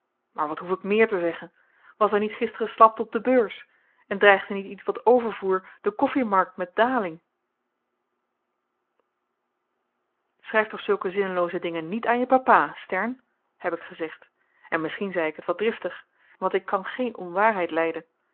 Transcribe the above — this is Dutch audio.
maar wat hoef ik méér te zeggen was er niet gister slapte op de beurs en dreigde niet ietwat overvoer de koffimarkt met daling schryf toch zulke zinnelooze dingen niet aan je papa stern heb ik gezegd en misschien zei ik t wat driftig want ik kan geen onwaarheid lyden